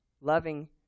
loving